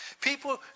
people